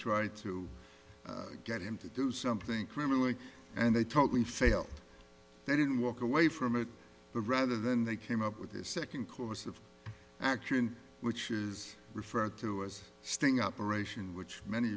try to get him to do something criminal and they told me failed they didn't walk away from it but rather then they came up with this second course of action which is referred to as a sting operation which many